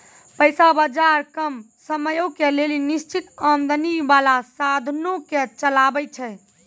पैसा बजार कम समयो के लेली निश्चित आमदनी बाला साधनो के चलाबै छै